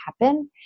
happen